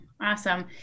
Awesome